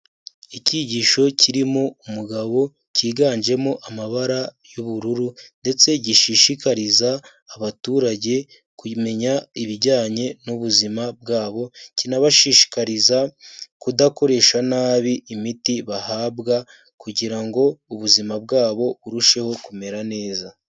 Icyigisho kirimo umugabo cyiganjemo amabara y'ubururu ndetse gishishikariza abaturage kumenya ibijyanye n'ubuzima bwabo, kinabashishikariza kudakoresha nabi imiti bahabwa kugira ngo ubuzima bwabo burusheho kumera neza.